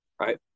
right